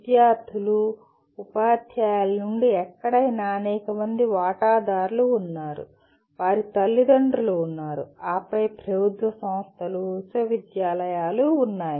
విద్యార్ధులు ఉపాధ్యాయుల నుండి ఎక్కడైనా అనేక మంది వాటాదారులు ఉన్నారు ఆపై తల్లిదండ్రులు ఉన్నారు ఆపై ప్రభుత్వ సంస్థలు విశ్వవిద్యాలయాలు ఉన్నాయి